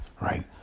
right